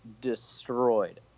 destroyed